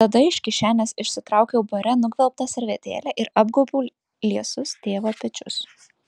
tada iš kišenės išsitraukiau bare nugvelbtą servetėlę ir apgaubiau liesus tėvo pečius